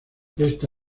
esta